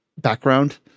background